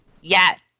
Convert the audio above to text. Yes